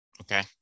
Okay